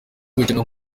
gukina